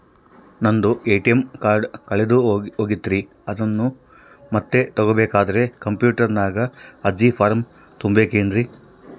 ನಂದು ATM card ಕಳೆದು ಹೋಗೈತ್ರಿ ಅದನ್ನು ಮತ್ತೆ ತಗೋಬೇಕಾದರೆ ಕಂಪ್ಯೂಟರ್ ನಾಗ ಅರ್ಜಿ ಫಾರಂ ತುಂಬಬೇಕನ್ರಿ?